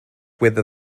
whether